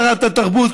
שרת התרבות,